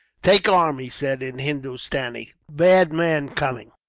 take arm, he said, in hindostanee. bad man coming.